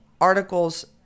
articles